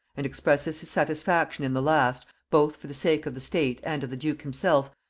and expresses his satisfaction in the last, both for the sake of the state and of the duke himself,